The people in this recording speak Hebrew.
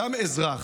גם אזרח,